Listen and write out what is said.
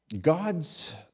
God's